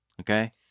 okay